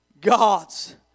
God's